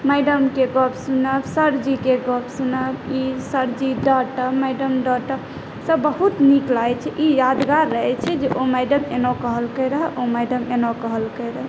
मैडमके गप सुनब सरजीके गप सुनब ई सरजी डाँटब मैडम डाँटब सभ बहुत नीक लागैत छै मतलब यादगार रहैत छै जे ओ मैडम एना कहलक़ै रहए ओ मैडम एना कहलकै रहए